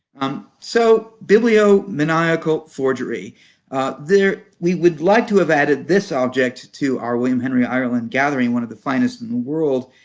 um so bibliomaniacal forgery we would like to have added this object to our william henry ireland gathering, one of the finest in the world,